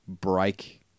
break